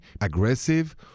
aggressive